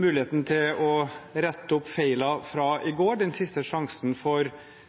til å rette opp feilene fra i går, kanskje den siste sjansen for